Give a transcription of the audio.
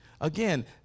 Again